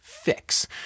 Fix